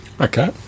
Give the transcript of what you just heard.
Okay